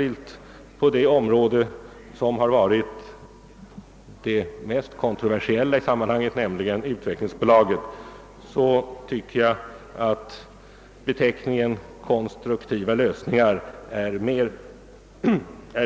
I den fråga som har varit den mest kontroversiella i sammanhanget, nämligen utvecklingsbola get, förefaller beteckningen konstruktiva lösningar